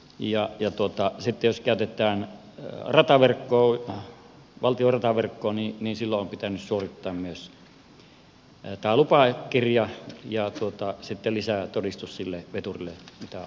sitten jos käytetään rataverkkoa valtion rataverkkoa niin silloin on pitänyt suorittaa myös tämä lupakirja ja myös lisätodistus sille veturille mitä ajaa